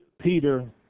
Peter